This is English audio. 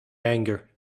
anger